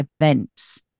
events